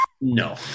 No